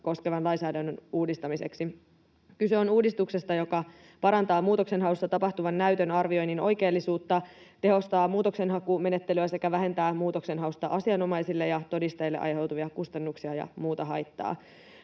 koskevan lainsäädännön uudistamiseksi. Kyse on uudistuksesta, joka parantaa muutoksenhaussa tapahtuvan näytön arvioinnin oikeellisuutta, tehostaa muutoksenhakumenettelyä sekä vähentää muutoksenhausta asianomaisille ja todistajille aiheutuvia kustannuksia ja muuta haittaa.